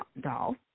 doll